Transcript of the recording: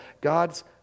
God's